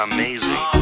Amazing